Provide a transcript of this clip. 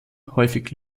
häufig